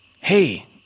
hey